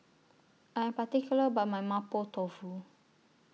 I Am particular about My Mapo Tofu